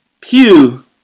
pew